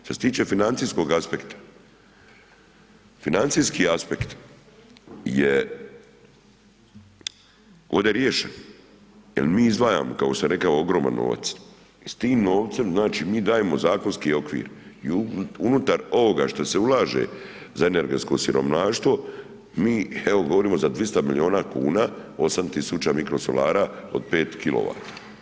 Što se tiče financijskog aspekta, financijski aspekt je ovdje riješen jer mi izdvajamo kako sam rekao ogroman novac i s tim novcem znači mi dajemo zakonski okvir i unutar ovoga što se ulaže za energetsko siromaštvo mi evo govorimo za 200 milijuna kuna 8 tisuća mikrosolara od 5 kilovata.